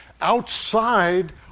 outside